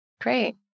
Great